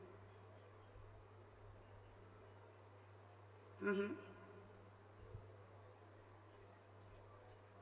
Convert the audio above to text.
mmhmm